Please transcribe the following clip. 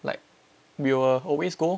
like we will always go